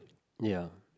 ya